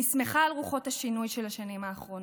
אני שמחה על רוחות השינוי של השנים האחרונות,